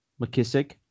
McKissick